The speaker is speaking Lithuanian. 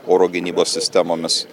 oro gynybos sistemomis